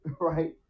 right